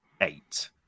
eight